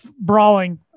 brawling